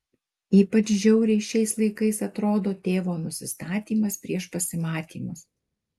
ypač žiauriai šiais laikais atrodo tėvo nusistatymas prieš pasimatymus